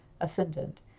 Ascendant